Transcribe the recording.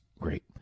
great